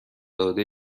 داده